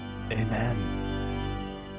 Amen